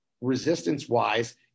resistance-wise